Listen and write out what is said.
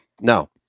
now